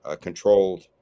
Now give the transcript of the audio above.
controlled